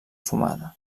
fumada